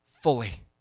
fully